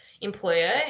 employer